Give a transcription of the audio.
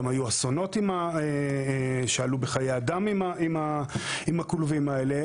גם היו אסונות שעלו בחיי אדם עם הכלובים האלה.